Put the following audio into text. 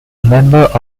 member